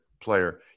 player